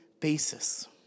basis